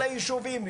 כל הישובים,